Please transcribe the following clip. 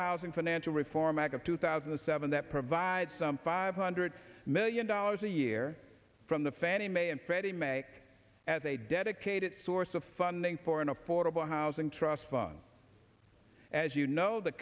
housing financial reform act of two thousand and seven that provides some five hundred million dollars a year from the fannie mae and freddie make as a dedicated source of funding for an affordable housing trust fund as you know the